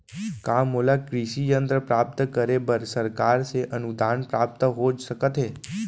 का मोला कृषि यंत्र प्राप्त करे बर सरकार से अनुदान प्राप्त हो सकत हे?